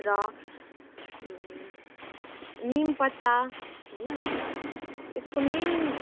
र निम पत्ता होइन यसको मेन